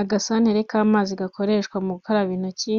Agasantere k'amazi gakoreshwa mu gukaraba intoki,